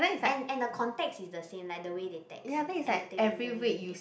and and the context is the same like the way they text and they~ the way they